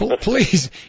please